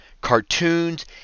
Cartoons